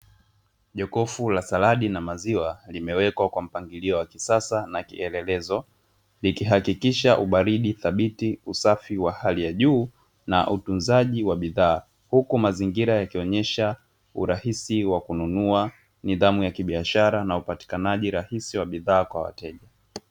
Jokofu la saladi na maziwa limewekwa kwa mpangilio wa kisasa na kielelezo vikihakikisha ubaridi thabiti usafi wa hali ya juu na utunzaji wa bidhaa, huku mazingira yakionyesha urahisi wa kununua nidhamu ya kibiashara na upatikanaji rahisi wa bidhaa kwa wateja.